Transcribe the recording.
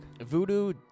Voodoo